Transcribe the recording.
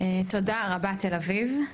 תודה רבה, תל אביב.